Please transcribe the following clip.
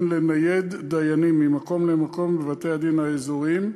לנייד דיינים ממקום למקום בבתי-הדין האזוריים,